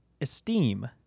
esteem